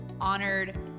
honored